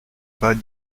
pas